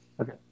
Okay